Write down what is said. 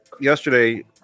yesterday